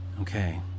Okay